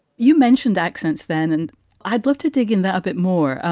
you mentioned accents then, and i'd love to dig in that a bit more.